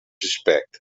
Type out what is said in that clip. respect